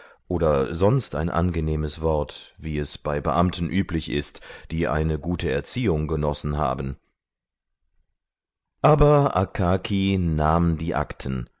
oder sonst ein angenehmes wort wie es bei beamten üblich ist die eine gute erziehung genossen haben aber akaki nahm die akten